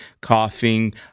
coughing